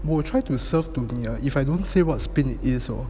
will try to serve to do if I don't say what's spin it is hor